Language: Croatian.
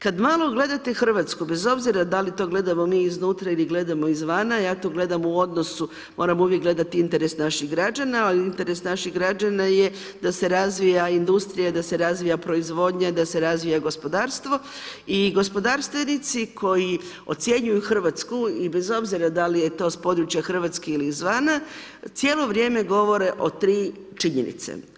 Kad malo gledate Hrvatsku, bez obzira da li to gledamo mi iznutra ili gledamo izvana, ja to gledam u odnosu moram uvijek gledati interes naših građana ali interes naših građana je da se razvoja industrija, da se razvija proizvodnja, da se razvija gospodarstvo i gospodarstvenici koji ocjenjuju Hrvatsku bez obzira da li je to s područja Hrvatske ili izvana, cijelo vrijeme govore o tri činjenice.